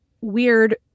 weird